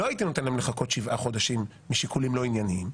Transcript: לא הייתי נותן להן לחכות שבעה חודשים משיקולים לא ענייניים,